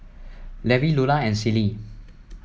Levi Lulla and Celie